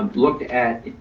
um looked at